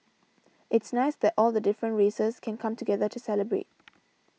it's nice that all the different races can come together to celebrate